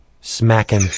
smacking